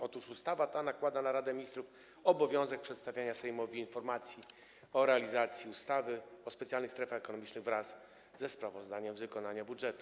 Otóż ustawa ta nakłada na Radę Ministrów obowiązek przedstawiania Sejmowi informacji o realizacji ustawy o specjalnych strefach ekonomicznych wraz ze sprawozdaniem z wykonania budżetu.